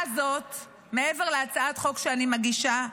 מעבר להצעת החוק שאני מגישה,